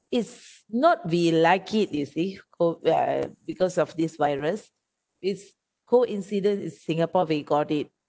it's not we like it you see or uh because of this virus it's whole incident it's singapore we got it